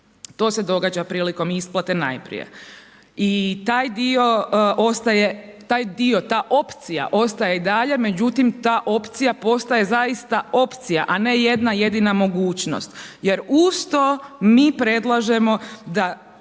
To se događa prilikom isplate najprije. I taj dio ostaje, taj dio, ta opcija ostaje i dalje. Međutim ta opcija postaje zaista opcija, a ne jedna jedina mogućnost. Jer uz to mi predlažemo da